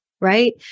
right